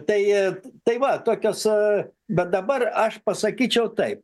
tai tai va tokios bet dabar aš pasakyčiau taip